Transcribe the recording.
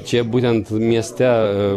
čia būtent mieste